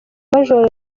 major